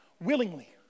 Willingly